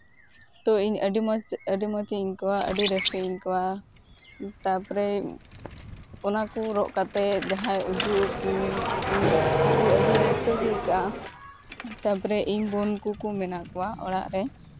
ᱛᱚ ᱤᱧ ᱟᱹᱰᱤ ᱢᱚᱡᱽ ᱟᱹᱰᱤ ᱢᱚᱡᱽ ᱤᱧ ᱟᱹᱭᱠᱟᱹᱣᱟ ᱟᱹᱰᱤ ᱨᱟᱹᱥᱠᱟᱹᱧ ᱟᱹᱭᱠᱟᱹᱣᱟ ᱛᱟᱨᱯᱚᱨᱮ ᱚᱱᱟ ᱠᱚ ᱨᱚᱜ ᱠᱟᱛᱮ ᱡᱟᱦᱟᱸᱭ ᱩᱫᱩᱜ ᱟᱹᱠᱩ ᱠᱩ ᱮᱭ ᱟᱹᱰᱤ ᱨᱟᱹᱥᱠᱟᱹ ᱜᱮ ᱟᱹᱭᱠᱟᱹᱜᱼᱟ ᱛᱟᱨᱯᱚᱨᱮ ᱤᱧ ᱵᱳᱱ ᱠᱚᱠᱚ ᱢᱮᱱᱟᱜ ᱠᱚᱣᱟ ᱚᱲᱟᱜ ᱨᱮ